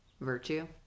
virtue